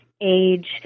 age